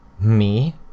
Me